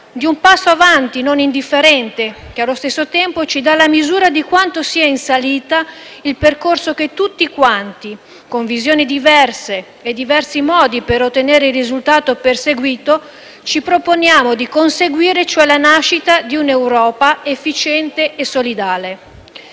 di un passo avanti non indifferente che, allo stesso tempo, ci dà la misura di quanto sia in salita il percorso che tutti quanti, con visioni diverse e diversi modi per ottenere il risultato perseguito, ci proponiamo di conseguire, cioè la nascita di un'Europa efficiente e solidale.